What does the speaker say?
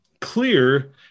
clear